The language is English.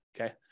Okay